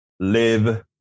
Live